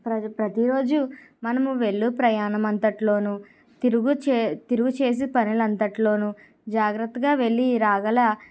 ప్రతిరోజు మనము వెళ్ళు ప్రయాణం అంతట్లో తిరుగు చే తిరుగు చేసే పనులు అంతట్లో జాగ్రత్తగా వెళ్ళి రాగల